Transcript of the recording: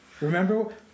Remember